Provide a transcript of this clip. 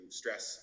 stress